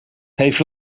heeft